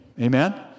Amen